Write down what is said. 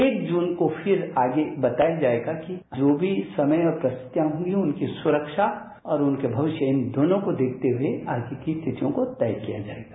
एक जून को फिर आगे बताया जाएगा कि जो भी समय और परिस्थितियां हॉगी उनकी सुरक्षा और उनके भविष्य दोनों को देखते हुए आगे की तिथियों को तय किया जाएगा